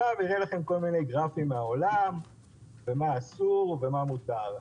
הראה לכם כל מיני גרפים מן העולם ומה אסור ומה מותר.